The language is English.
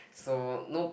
so no